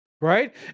right